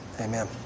Amen